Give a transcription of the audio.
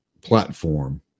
platform